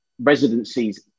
residencies